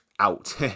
Out